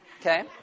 Okay